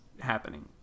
happening